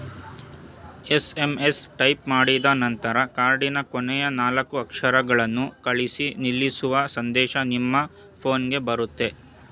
SMS type ಮಾಡಿದನಂತರ ಕಾರ್ಡಿನ ಕೊನೆಯ ನಾಲ್ಕು ಅಕ್ಷರಗಳನ್ನು ಕಳಿಸಿ ನಿಲ್ಲಿಸುವ ಸಂದೇಶ ನಿಮ್ಮ ಫೋನ್ಗೆ ಬರುತ್ತೆ